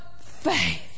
faith